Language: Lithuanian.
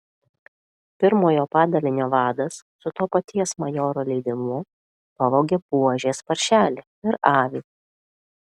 pirmojo padalinio vadas su to paties majoro leidimu pavogė buožės paršelį ir avį